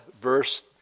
verse